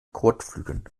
kotflügeln